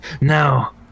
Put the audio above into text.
Now